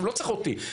לא צריך אותי,